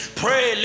pray